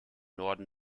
norden